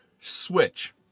switch